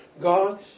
God